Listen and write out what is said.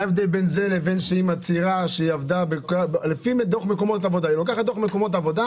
היא לוקחת דוח מקומות עבודה,